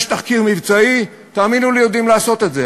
יש תחקיר מבצעי, תאמינו לי, יודעים לעשות את זה.